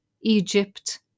Egypt